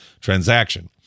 transaction